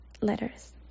letters